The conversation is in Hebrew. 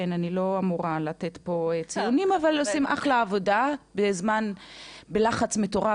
אני לא אמורה לתת פה ציונים אבל הם עושים אחלה עבודה בלחץ מטורף,